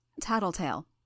Tattletale